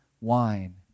wine